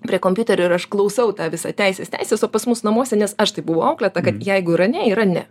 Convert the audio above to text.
prie kompiuterio ir aš klausau tą visą teisės teisės o pas mus namuose nes aš tai buvau auklėta kad jeigu yra ne yra ne